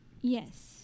Yes